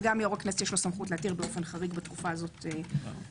וגם יו"ר הכנסת יש לו סמכות להתיר באופן חריג בתקופה הזאת ישיבות.